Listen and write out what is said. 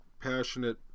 passionate